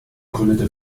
gründete